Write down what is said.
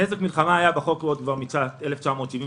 נזק מלחמה היה בחוק עוד משנת 1973,